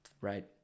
Right